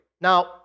Now